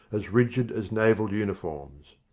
as rigid as naval uniforms.